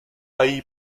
hay